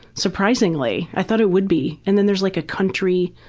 surprisingly, i thought it would be. and then there's like a country,